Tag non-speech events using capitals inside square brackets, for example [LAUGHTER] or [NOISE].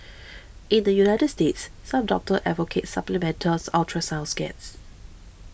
in the United States some doctors advocate supplemental [NOISE] ultrasound scans